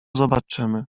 zobaczymy